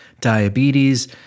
diabetes